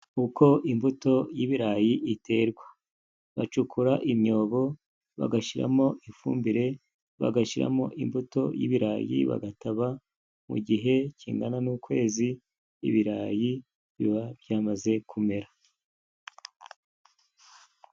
Uko imbuto y'ibirayi iterwa: bacukura imyobo bagashyiramo ifumbire, bagashyiramo imbuto y'ibirayi bagataba, mu gihe kingana n'ukwezi ibirayi biba byamaze kumera.